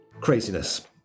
Craziness